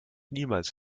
niemals